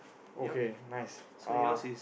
okay nice uh